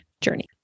journey